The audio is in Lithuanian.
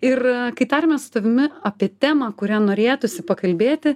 ir kai tarėmės su tavimi apie temą kuria norėtųsi pakalbėti